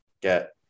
get